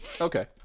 okay